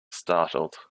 startled